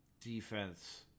defense